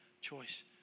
choice